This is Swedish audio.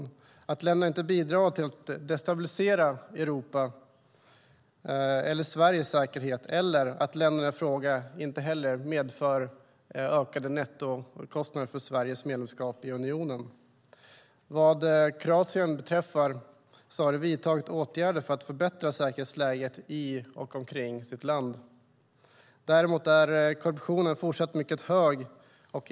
Vi kräver att länderna inte bidrar till att destabilisera Europa eller Sveriges säkerhet, eller att länderna i fråga inte heller medför ökade nettokostnader för Sveriges medlemskap i unionen. Vad Kroatien beträffar har man vidtagit åtgärder för att förbättra säkerhetsläget i och omkring sitt land. Däremot är korruptionen fortsatt mycket hög.